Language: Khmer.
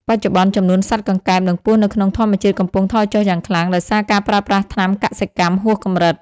បច្ចុប្បន្ន ចំនួនសត្វកង្កែប និងពស់នៅក្នុងធម្មជាតិកំពុងថយចុះយ៉ាងខ្លាំង ដោយសារការប្រើប្រាស់ថ្នាំកសិកម្មហួសកម្រិត។